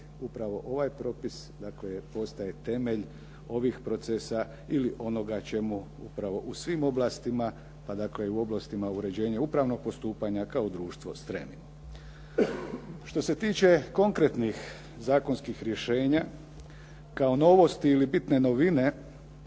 Upravo ovaj propis, dakle postaje temelj ovih procesa ili onoga čemu upravo u svim oblastima, pa dakle i u oblastima uređenja upravnog postupanja kao društvo stremimo. Što se tiče konkretnih zakonskih rješenja kao novosti ili bitne novine